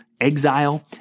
exile